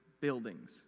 buildings